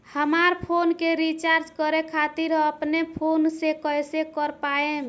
हमार फोन के रीचार्ज करे खातिर अपने फोन से कैसे कर पाएम?